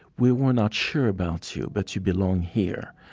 we were not sure about you, but you belong here.